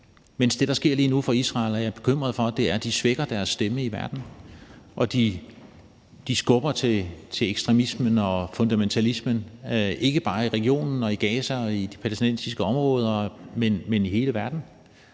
mens jeg er bekymret for, at Israel med det, der sker lige nu, svækker sin stemme i verden, og de skubber til ekstremismen og fundamentalismen, ikke bare i regionen og i Gaza og de palæstinensiske områder, men i hele verden.